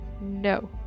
No